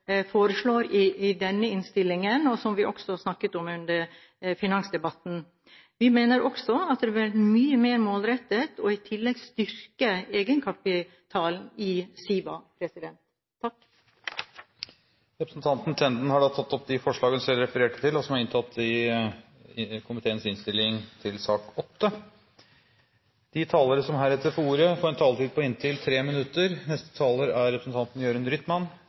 foreslår i denne innstillingen, og som vi også snakket om under finansdebatten. Vi mener også at det ville vært mye mer målrettet i tillegg å styrke egenkapitalen i SIVA. Representanten Borghild Tenden har tatt opp de forslag hun refererte til, og som er inntatt i komiteens innstilling til sak nr. 8. De talere som heretter får ordet, har en taletid på inntil 3 minutter.